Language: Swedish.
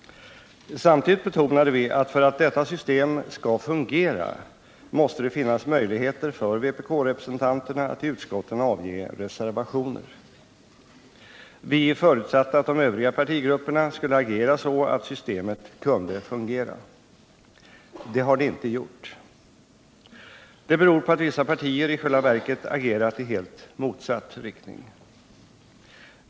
Samtidigt betonade vi att för att detta system skall fungera måste det finnas möjligheter för vpk-representanterna att i utskotten avge reservationer. Vi förutsatte att de övriga partigrupperna skulle agera så att systemet kunde fungera. Det har det inte gjort. Det beror på att vissa partier i själva verket har agerat i helt motsatt riktning.